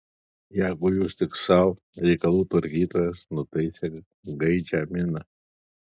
jeigu jūs tik sau reikalų tvarkytojas nutaisė gaižią miną